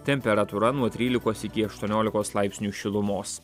temperatūra nuo trylikos iki aštuoniolikos laipsnių šilumos